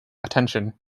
attention